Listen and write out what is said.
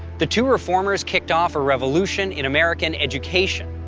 the two reformers kicked off a revolution in american education,